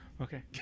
Okay